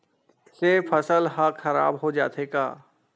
से फसल ह खराब हो जाथे का?